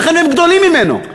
ייתכן שהם גדולים ממנו.